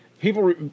people